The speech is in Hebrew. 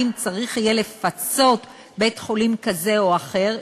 צריך יהיה לפצות בית-חולים כזה או אחר,